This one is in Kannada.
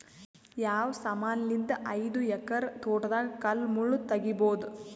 ಯಾವ ಸಮಾನಲಿದ್ದ ಐದು ಎಕರ ತೋಟದಾಗ ಕಲ್ ಮುಳ್ ತಗಿಬೊದ?